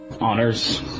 honors